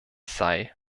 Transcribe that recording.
sei